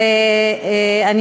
לסיום,